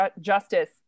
Justice